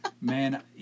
man